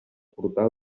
portar